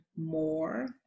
more